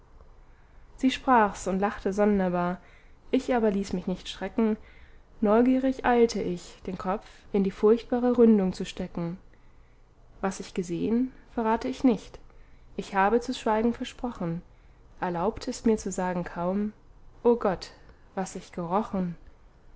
sie sprach's und lachte sonderbar ich aber ließ mich nicht schrecken neugierig eilte ich den kopf in die furchtbare ründung zu stecken was ich gesehn verrate ich nicht ich habe zu schweigen versprochen erlaubt ist mir zu sagen kaum o gott was ich gerochen